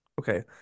okay